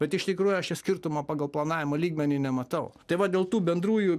bet iš tikrųjų aš čia skirtumo pagal planavimo lygmenį nematau tai va dėl tų bendrųjų